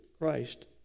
Christ